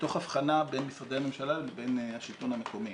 תוך הבחנה בין משרדי הממשלה לבין השלטון המקומי.